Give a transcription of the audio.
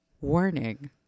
warning